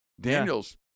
Daniel's